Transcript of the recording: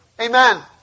Amen